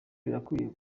birakwiye